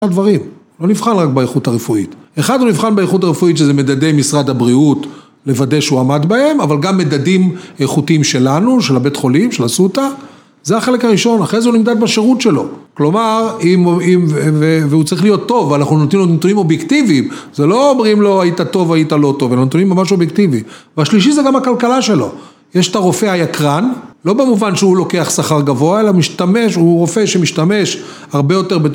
הדברים לא נבחן רק באיכות הרפואית. אחד הוא נבחן באיכות הרפואית שזה מדדי משרד הבריאות לוודא שהוא עמד בהם אבל גם מדדים איכותיים שלנו של הבית חולים, של אסותא, זה החלק הראשון אחרי זה הוא נמדד בשירות שלו כלומר אם הוא צריך להיות טוב ואנחנו נותנים לו נתונים אובייקטיביים זה לא אומרים לו היית טוב, היית לא טוב, נתונים ממש אובייקטיבים. והשלישי, זה גם הכלכלה שלו, יש את הרופא היקרן, לא במובן שהוא לוקח שכר גבוה, אלא משתמש הוא רופא שמשתמש הרבה יותר בתקופה